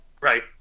Right